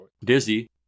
Dizzy